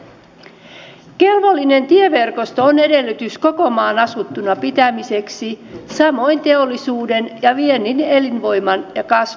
kelvollinen tieverkosto on edellytys koko maan asuttuna pitämiseksi samoin teollisuuden ja viennin elinvoiman ja kasvun ehto